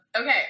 Okay